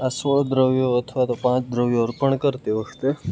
આ સોળ દ્રવ્યો અથવા તો પાંચ દ્રવ્યો અર્પણ કરતી વખતે